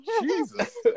Jesus